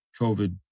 COVID